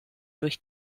durch